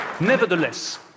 Nevertheless